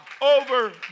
over